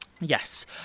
Yes